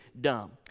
dumb